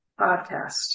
podcast